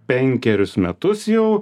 penkerius metus jau